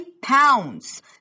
pounds